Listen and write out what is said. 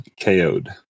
KO'd